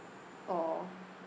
oh